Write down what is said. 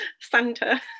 Santa